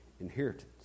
inheritance